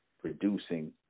producing